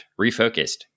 refocused